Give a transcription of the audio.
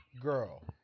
girl